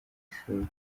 ishuri